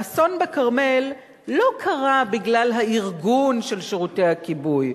האסון בכרמל לא קרה בגלל הארגון של שירותי הכיבוי.